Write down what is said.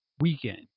weekend